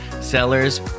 Sellers